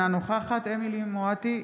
אינה נוכחת אמילי חיה מואטי,